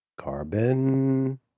carbon